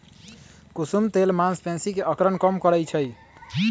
कुसुम तेल मांसपेशी के अकड़न कम करई छई